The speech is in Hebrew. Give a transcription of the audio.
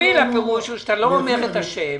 הפירוש הוא שאתה לא אומר את השם.